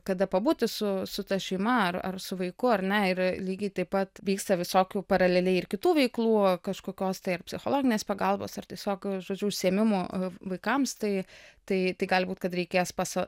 kada pabūti su su ta šeima ar ar su vaiku ar ne ir lygiai taip pat vyksta visokių paraleliai ir kitų veiklų kažkokios tai ar psichologinės pagalbos ar tiesiog žodžiu užsiėmimų vaikams tai tai gali būt kad reikės paso